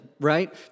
right